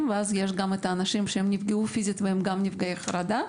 ואז יש גם את האנשים שנפגעו פיזית והם גם נפגעי חרדה,